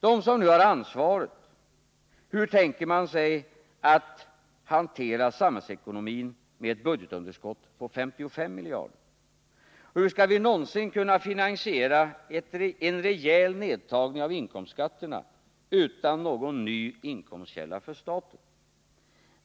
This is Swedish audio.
Hur tänker de som har ansvaret hantera samhällsekonomin med ett budgetunderskott på 55 miljarder? Hur skall vi någonsin kunna finansiera en rejäl nedtagning av inkomstskatterna utan någon ny inkomstkälla för staten?